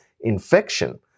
infection